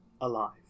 Alive